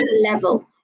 level